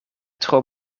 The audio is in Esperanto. tro